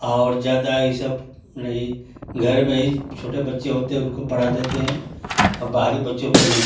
और ज़्यादा ही सब नहीं घर में ही छोटे बच्चे होते हैं उनको पढ़ा देते हैं बाहरी बच्चों को नहीं